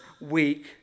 week